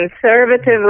conservatively